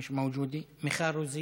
לא נמצאת, מיכל רוזין,